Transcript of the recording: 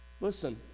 Listen